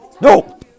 No